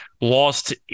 lost